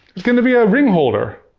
it's going to be a ring holder.